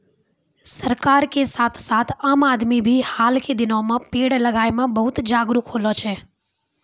सरकार के साथ साथ आम आदमी भी हाल के दिनों मॅ पेड़ लगाय मॅ बहुत जागरूक होलो छै